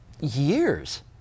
years